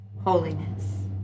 Holiness